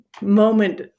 moment